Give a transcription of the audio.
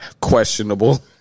Questionable